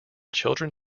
children